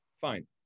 Fine